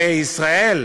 שישראל,